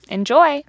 Enjoy